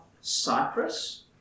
Cyprus